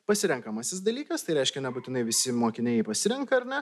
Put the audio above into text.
pasirenkamasis dalykas tai reiškia nebūtinai visi mokiniai jį pasirenka ar ne